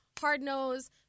hard-nosed